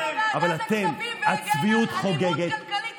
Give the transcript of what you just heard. שלמה קרעי ישב בוועדת הכספים והגן על אלימות כלכלית.